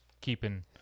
keeping